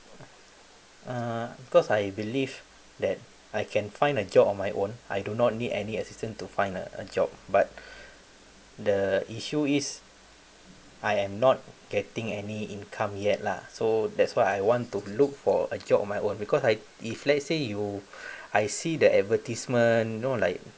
uh cause I believe that I can find a job on my own I do not need any assistance to find a a job but the issue is I am not getting any income yet lah so that's why I want to look for a job on my own because like if let's say you I see the advertisement you know like